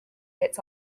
its